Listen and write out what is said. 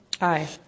Aye